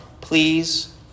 please